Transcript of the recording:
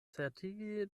certigi